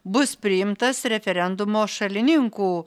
bus priimtas referendumo šalininkų